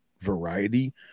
variety